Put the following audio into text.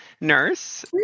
nurse